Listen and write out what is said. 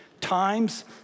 times